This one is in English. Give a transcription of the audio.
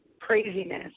Craziness